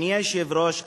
אדוני היושב-ראש,